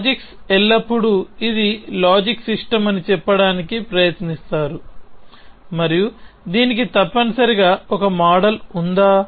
logics ఎల్లప్పుడూ ఇది logic system అని చెప్పడానికి ప్రయత్నిస్తారు మరియు దీనికి తప్పనిసరిగా ఒక మోడల్ ఉందా